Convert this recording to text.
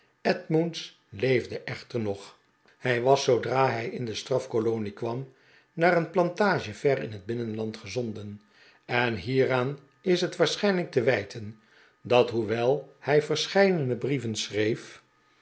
edmunds leefde echter nog hij was zoodra hij in de strafkolonie kwam naar een plantage ver in het binnenland gezonden en hieraan is het waarsch ijnlijk te wijten dat hoewel hij verscheidene brieven schreef